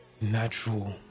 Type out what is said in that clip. natural